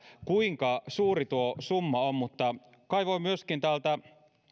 kuinka suuri tuo summa on mutta kaivoin myöskin täältä